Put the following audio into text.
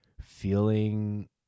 feeling